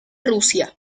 rusia